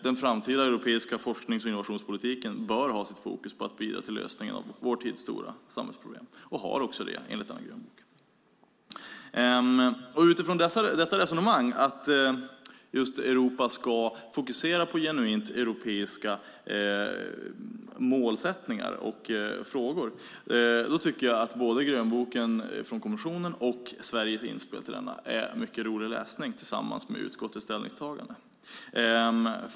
Den framtida europeiska forsknings och innovationspolitiken bör ha sitt fokus på att bidra till lösningar på vår tids stora samhällsproblem, och det har den också. Utifrån detta resonemang, att Europa ska fokusera på genuint europeiska mål och frågor, tycker jag att denna grönbok från kommissionen och Sveriges inspel till denna är mycket rolig läsning tillsammans med utskottets ställningstagande.